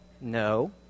No